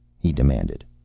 he demanded.